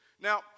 Now